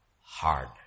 hard